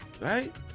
right